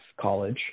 college